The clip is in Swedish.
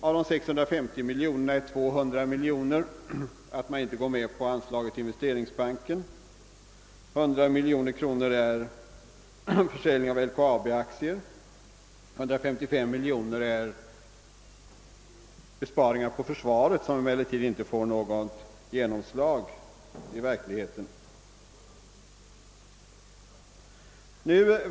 Av de 650 miljonerna avser 200 miljoner att man inte går med på anslaget till Investeringsbanken, 100 miljoner gäller försäljning av LKAB-aktier, 155 miljoner besparingar till försvaret som emellertid inte får något genomslag i verkligheten.